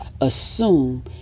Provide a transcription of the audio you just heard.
assume